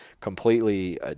completely